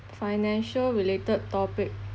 financial related topic